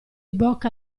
bocca